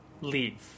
leave